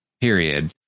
period